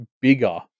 bigger